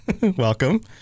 Welcome